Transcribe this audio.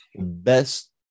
best